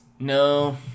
No